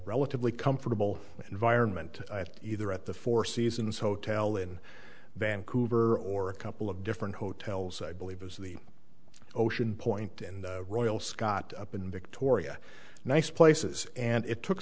relatively comfortable environment either at the four seasons hotel in vancouver or a couple of different hotels i believe was the ocean point in the royal scot up in victoria nice places and it took